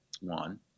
one